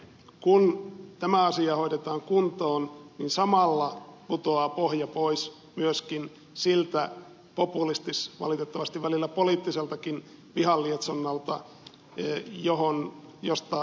kun tämä asia hoidetaan kuntoon samalla putoaa pohja pois myöskin siltä populistiselta valitettavasti välillä vähän poliittiseltakin vihan lietsonnalta josta ed